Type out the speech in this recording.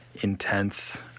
Intense